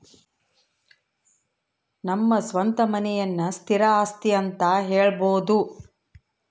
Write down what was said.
ನಮ್ಮ ಸ್ವಂತ ಮನೆಯನ್ನ ಸ್ಥಿರ ಆಸ್ತಿ ಅಂತ ಹೇಳಬೋದು